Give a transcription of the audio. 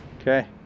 Okay